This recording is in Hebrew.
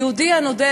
היהודי הנודד,